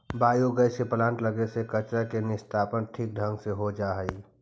biogas के plant लगे से कचरा के निस्तारण ठीक ढंग से हो जा हई